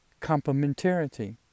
complementarity